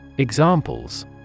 Examples